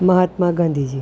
Mahatma Gandhiji